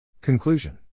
Conclusion